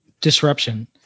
disruption